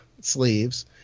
sleeves